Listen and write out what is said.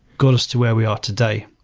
got us to where we are today.